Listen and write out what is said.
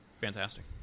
Fantastic